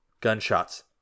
gunshots